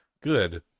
Good